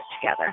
together